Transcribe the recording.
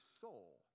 soul